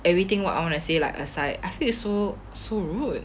everything what I want to say like aside I think so so rude